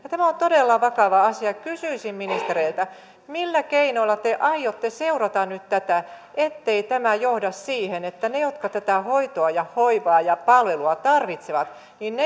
tämä on todella vakava asia kysyisin ministereiltä millä keinoilla te aiotte seurata nyt tätä ettei tämä johda siihen että ne jotka tätä hoitoa ja hoivaa ja palvelua tarvitsevat